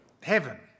heaven